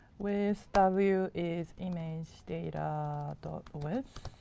width w is image data dot width.